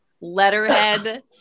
letterhead